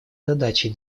задачей